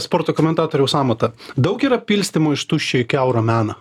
sporto komentatoriaus amatą daug yra pilstymo iš tuščio į kiaurą meną